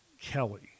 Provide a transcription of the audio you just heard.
Kelly